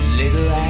little